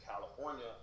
California